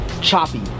choppy